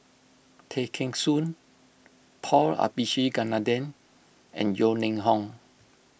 Tay Kheng Soon Paul Abisheganaden and Yeo Ning Hong